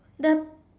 the